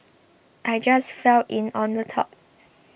I just fell in on the top